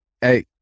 Hey